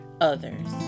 others